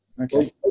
Okay